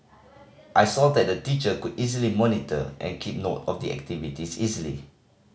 I saw that the teacher could easily monitor and keep note of the activities easily